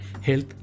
health